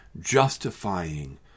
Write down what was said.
justifying